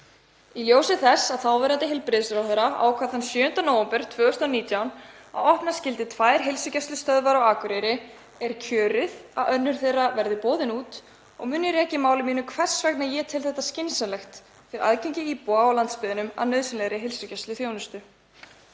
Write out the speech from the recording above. Í ljósi þess að þáverandi heilbrigðisráðherra ákvað þann 7. nóvember 2019 að opna skyldi tvær heilsugæslustöðvar á Akureyri er kjörið að önnur þeirra verði boðin út og mun ég rekja í máli mínu hvers vegna ég tel þetta skynsamlegt fyrir aðgengi íbúa á landsbyggðinni að nauðsynlegri heilsugæsluþjónustu.